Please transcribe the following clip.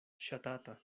ŝatata